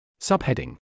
Subheading